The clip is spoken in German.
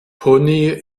pony